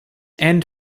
end